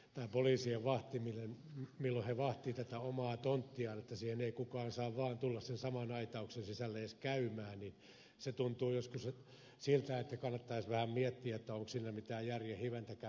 tämä poliisien vahtiminen milloin he vahtivat tätä omaa tonttiaan että siihen ei kukaan saa vaan tulla sen saman aitauksen sisälle edes käymään tuntuu joskus siltä että kannattaisi vähän miettiä onko siinä mitään järjen hiventäkään